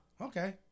Okay